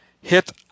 Hit